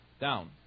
down